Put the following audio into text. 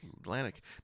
Atlantic